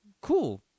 cool